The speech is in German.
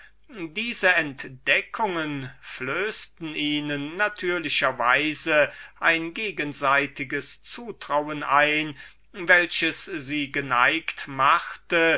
diese entdeckungen flößeten ihnen natürlicher weise ein gegenseitiges zutrauen ein welches sie geneigt machte